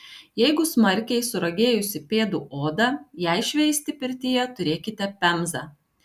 jeigu smarkiai suragėjusi pėdų oda jai šveisti pirtyje turėkite pemzą